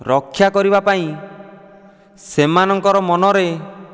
ରକ୍ଷା କରିବା ପାଇଁ ସେମାନଙ୍କର ମନରେ